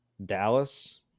dallas